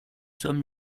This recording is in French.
sommes